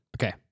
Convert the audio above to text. Okay